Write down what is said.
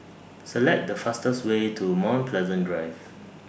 Select The fastest Way to Mount Pleasant Drive